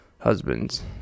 husbands